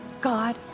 God